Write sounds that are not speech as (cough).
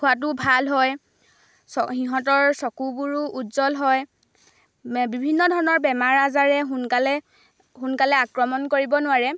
খোৱাতোও ভাল হয় (unintelligible) সিহঁতৰ চকুবোৰো উজ্জ্বল হয় বিভিন্ন ধৰণৰ বেমাৰ আজাৰে সোনকালে সোনকালে আক্ৰমণ কৰিব নোৱাৰে